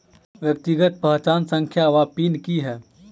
व्यक्तिगत पहचान संख्या वा पिन की है?